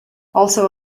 also